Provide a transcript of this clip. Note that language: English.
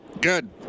Good